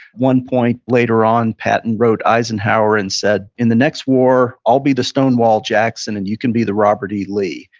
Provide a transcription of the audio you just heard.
one point later on, patton wrote eisenhower and said, in the next war, i'll be the stonewall jackson and you can be the robert e. lee.